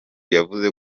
yavuze